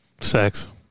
Sex